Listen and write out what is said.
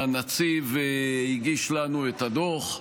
הנציב הגיש לנו את הדוח.